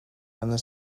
and